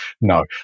No